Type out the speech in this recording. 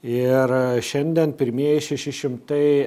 ir šiandien pirmieji šeši šimtai